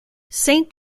saint